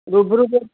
रुबरु ते